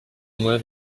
moi